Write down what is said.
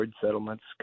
settlements